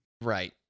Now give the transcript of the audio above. right